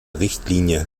richtlinie